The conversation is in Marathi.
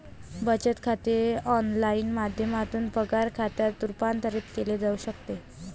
बचत खाते ऑनलाइन माध्यमातून पगार खात्यात रूपांतरित केले जाऊ शकते